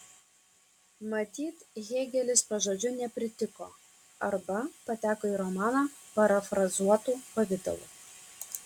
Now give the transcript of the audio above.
matyt hėgelis pažodžiui nepritiko arba pateko į romaną parafrazuotu pavidalu